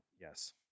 Yes